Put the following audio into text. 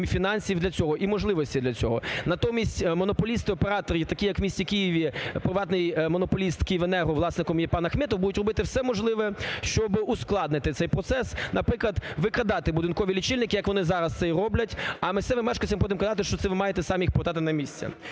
фінансів для цього і можливостей для цього. Натомість монополісти-оператори, такі як в місті Києві приватний монополіст "Київенерго", власником є пан Ахметов, будуть робити все можливе, щоб ускладнити цей процес. Наприклад, викрадати будинкові лічильники, як вони зараз це й роблять. А місцевим мешканцям будуть казати, що це ви маєте самі їх поставити на місце.